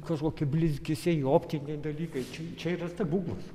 kažkokie blizgesiai optiniai dalykai čia čia yra stebuklas